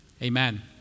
Amen